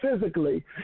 physically